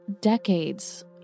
decades